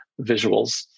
visuals